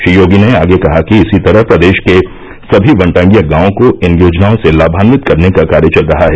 श्री योगी ने आगे कहा कि इसी तरह प्रदेश के सभी वनटांगियां गांवों को इन योजनाओं से लाभान्यित करने का कार्य चल रहा है